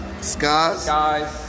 Skies